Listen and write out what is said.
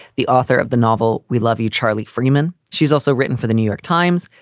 the author of the novel we love you, charlie freeman. she's also written for the new york times,